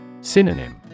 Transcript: Synonym